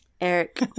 Eric